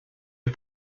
ihr